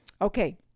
Okay